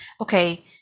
okay